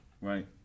Right